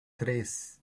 três